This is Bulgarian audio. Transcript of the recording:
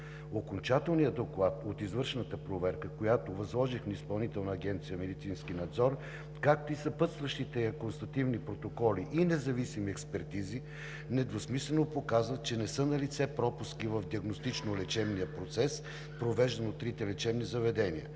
Окончателният доклад от извършената проверка, която възложих на Изпълнителна агенция „Медицински надзор“, както и съпътстващите констативни протоколи и независими експертизи недвусмислено показват, че не са налице пропуски в диагностично-лечебния процес, провеждан от трите лечебни заведения.